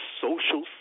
social